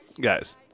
guys